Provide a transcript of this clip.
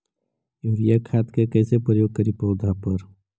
Urea खाद के कैसे प्रयोग करि पौधा पर?